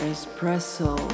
Espresso